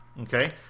okay